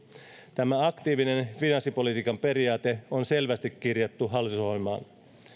tämä aktiivisen finanssipolitiikan periaate on selvästi kirjattu hallitusohjelmaan